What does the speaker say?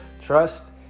Trust